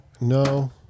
No